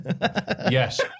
Yes